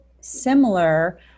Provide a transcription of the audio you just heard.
similar